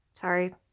Sorry